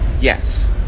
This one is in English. yes